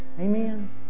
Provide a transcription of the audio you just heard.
Amen